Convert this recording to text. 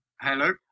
Hello